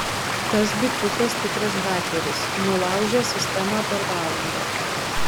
tas bičiukas tikras hakeris nulaužė sistemą per valandą